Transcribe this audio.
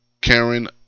Karen